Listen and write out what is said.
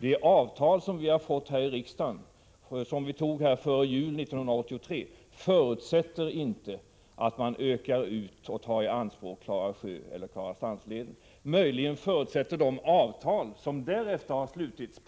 Det avtal som vi diskuterade här i riksdagen före jul 1983 förutsätter inte att man tar i anspråk Klara sjö eller Klarastrandsleden. Möjligen förutsätter de avtal som därefter har slutits